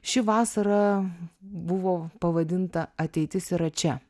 ši vasara buvo pavadinta ateitis yra čia